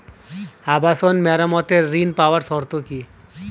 আবাসন মেরামতের ঋণ পাওয়ার শর্ত কি?